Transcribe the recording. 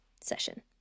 session